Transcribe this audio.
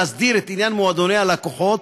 להסדיר את העניין של מועדוני לקוחות,